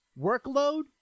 workload